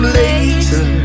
later